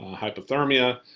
hypothermia.